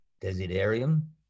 desiderium